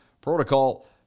Protocol